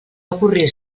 avorrir